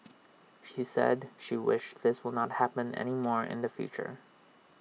she said she wished this will not happen anymore in the future